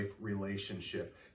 relationship